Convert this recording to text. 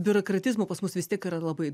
biurokratizmo pas mus vis tiek yra labai